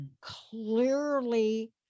clearly